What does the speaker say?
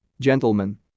Gentlemen